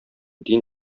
дин